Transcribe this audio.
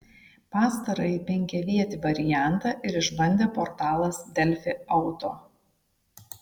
pastarąjį penkiavietį variantą ir išbandė portalas delfi auto